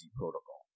protocol